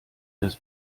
des